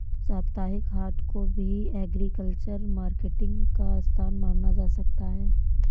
साप्ताहिक हाट को भी एग्रीकल्चरल मार्केटिंग का स्थान माना जा सकता है